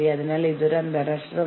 ഈ അക്ഷര തെറ്റിന് ക്ഷമിക്കണം